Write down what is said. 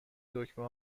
دکمه